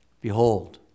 Behold